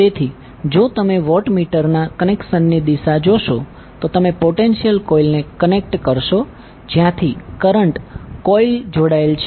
તેથી જો તમે વોટમીટરના કનેક્શનની દિશા જોશો તો તમે પોટેન્શિયલ કોઇલને કનેક્ટ કરશો જ્યાંથી કરંટ કોઇલ જોડાયેલ છે